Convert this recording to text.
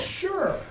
sure